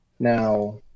Now